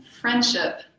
friendship